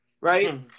right